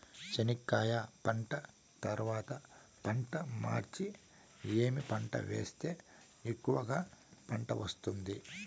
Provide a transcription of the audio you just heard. చెనక్కాయ పంట తర్వాత పంట మార్చి ఏమి పంట వేస్తే ఎక్కువగా పంట వస్తుంది?